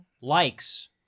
Likes